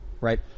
right